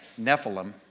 Nephilim